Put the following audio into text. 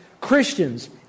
Christians